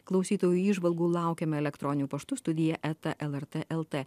klausytojų įžvalgų laukiame elektroniniu paštu studija eta lrt lt